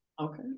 Okay